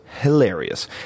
hilarious